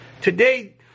today